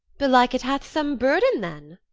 belike it hath some burden then.